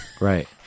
Right